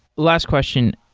last question,